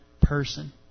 person